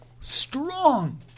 strong